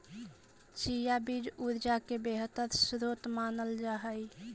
chia बीज ऊर्जा के बेहतर स्रोत मानल जा हई